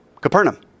Capernaum